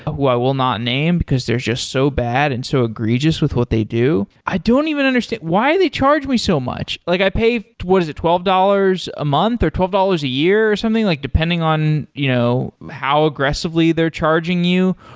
we'll not name, because they're just so bad and so egregious with what they do. i don't even understand, why they charge me so much? like i paid, what is it? twelve dollars a month, or twelve dollars a year or something, like depending on you know how aggressively they're charging you?